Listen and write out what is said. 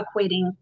equating